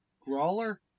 Grawler